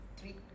three